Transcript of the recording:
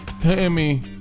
Tammy